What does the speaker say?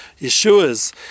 Yeshuas